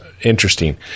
interesting